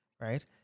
right